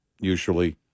usually